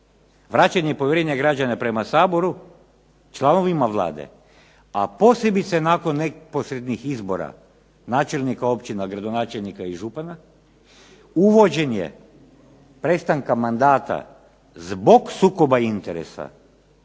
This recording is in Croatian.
vraćanje povjerenja građana prema Saboru članovima Vlade, a posebice nakon neposrednih izbora načelnika općina, gradonačelnika i župana, uvođenje prestanka mandata zbog sukoba interesa